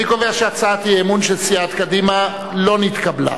אני קובע שהצעת אי-אמון של סיעת קדימה לא נתקבלה.